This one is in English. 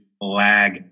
lag